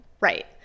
Right